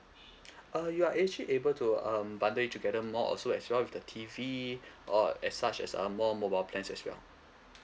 uh you are actually able to um bundle it together more also as well with the T_V or as such as um more mobile plans as well